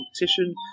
competition